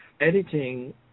editing